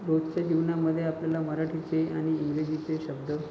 रोजचे जीवनामध्ये आपल्याला मराठीचे आणि इंग्रजीचे शब्द